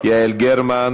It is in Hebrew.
יעל גרמן,